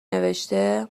نوشته